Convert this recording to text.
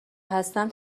هستم